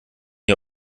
ihr